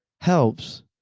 helps